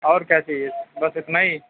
اور کیا چاہئے بس اتنا ہی